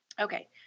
Okay